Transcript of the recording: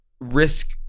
risk